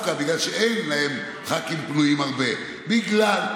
יש חקיקה של חוקים על מנת לפרש את המעשים כלגיטימיים